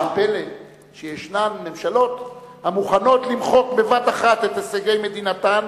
מה הפלא שיש ממשלות המוכנות למחוק בבת אחת את הישגי מדינתן,